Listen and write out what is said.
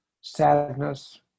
sadness